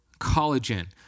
collagen